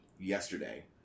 yesterday